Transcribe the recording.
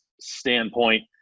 standpoint